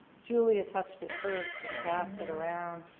julia touched it first and passed it around.